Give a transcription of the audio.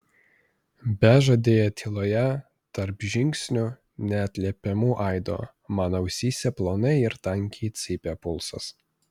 bežadėje tyloje tarp žingsnių neatliepiamų aido man ausyse plonai ir tankiai cypė pulsas